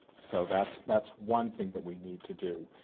so that's that's one thing that we need to do.